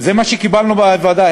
זה הנתון שקיבלנו בוועדה.